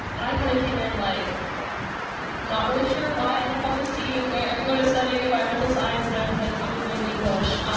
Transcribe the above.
and i kind of came in like not really sure why i ended up on this team where everyone is studying environmental science, and i'm like probably doing english.